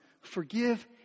forgive